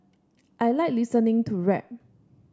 I like listening to rap